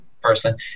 Person